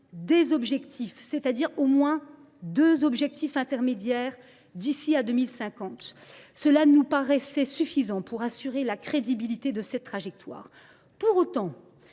des objectifs », c’est à dire au moins deux objectifs intermédiaires d’ici à 2050. Cela nous paraissait suffisant pour assurer la crédibilité de cette trajectoire. Pour autant,